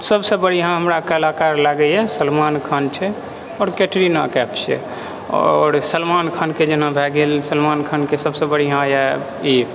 सभसँ बढ़िआँ हमरा कलाकार लागैए सलमान खान छै आओर केटरिना कैफ छै आओर सलमान खानके जेना भए गेल सलमान खानके सभसँ बढ़िआँ यऽ ई